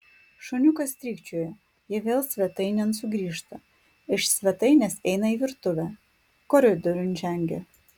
šuniukas strykčioja jie vėl svetainėn sugrįžta iš svetainės eina į virtuvę koridoriun žengia